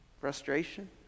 frustration